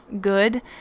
good